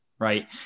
Right